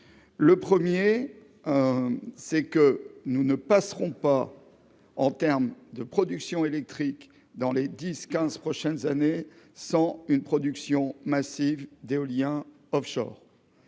: le 1er c'est que nous ne passerons pas en termes de production électrique dans les 10, 15 prochaines années sans une production massive d'éolien Offshore,